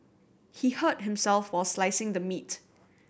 he hurt himself while slicing the meat